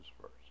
first